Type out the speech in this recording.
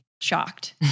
shocked